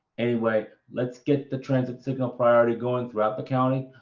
anyway, let's get the transit signal priority going throughout the county.